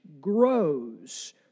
grows